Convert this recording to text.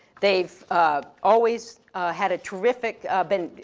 they've um always had a terrific been,